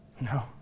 No